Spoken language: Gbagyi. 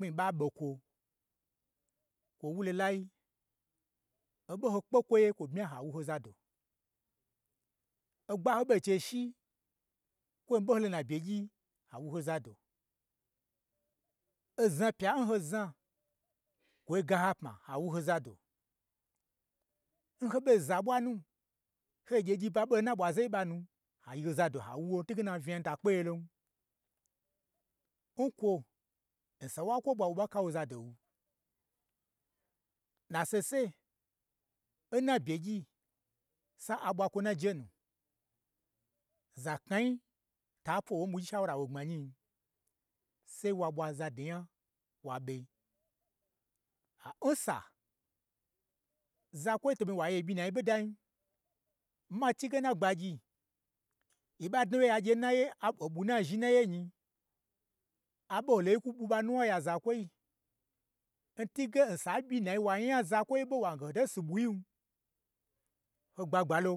mii ɓa ɓo kwo kwo wu lolai, oɓo n ho kpe kwo ye kwo bmya howu ho zado, ogba n ho ɓo n chei shi kwo ɓo ho lo n nabye gyii ha wu ha zado, ozna pya n ho zna, kwo ga ha pma, ha wu ho zado, n ho ɓoza ɓwa nu, ho gye gyi ɓa ɓo lon na ɓwaze n ɓanu, ha yi ho zado hawu, n twuge na, unya nuta kpe ye lon, nkwo n san wa kwo ɓwa wo ɓa ka zado wu, n nasese n na byegyi, sa aɓwa kwo n najenu, za knai ta pwo n win shaura n wo gbmanyiin, sai wo ɓwa zado nya wa ɓe, hansa zakwoi to ɓon wa ye n ɓyi nai ɓodain, n ma chugen na gbagyi, yi ɓa dnawye ya gye aɓwu-oɓwun na zhu n naye nyi, aɓolo nyi kwu ɓwu ɓa nuwna nya zakwoi, ntwuge n san ɓyi nayi wanya zakwoi ɓo wange ho to si ɓwuin, ho gbagbalo,